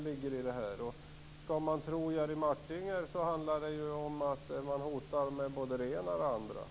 Skall man tro Jerry Martinger handlar det om att man hotar med både det ena och det andra.